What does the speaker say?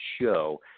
show